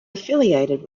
affiliated